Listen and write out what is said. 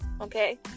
Okay